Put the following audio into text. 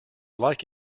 like